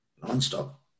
non-stop